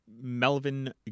Melvin